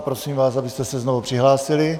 Poprosím vás, abyste se znovu přihlásili.